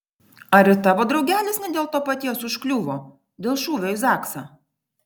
ar ir tavo draugelis ne dėl to paties užkliuvo dėl šūvio į zaksą